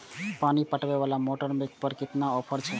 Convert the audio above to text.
पानी पटवेवाला मोटर पर केतना के ऑफर छे?